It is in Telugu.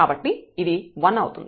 కాబట్టి ఇది 1 అవుతుంది